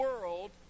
world